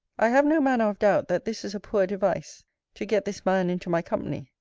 i have no manner of doubt, that this is a poor device to get this man into my company.